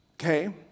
Okay